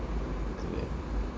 correct